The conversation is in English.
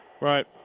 Right